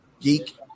geek